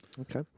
Okay